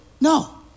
No